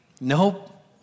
Nope